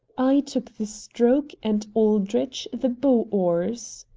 i took the stroke and aldrich the bow oars.